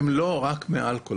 הן לא רק מאלכוהול.